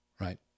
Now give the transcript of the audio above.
right